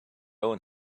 own